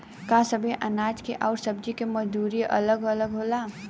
का सबे अनाज के अउर सब्ज़ी के मजदूरी अलग अलग होला?